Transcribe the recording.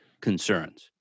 concerns